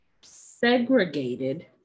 segregated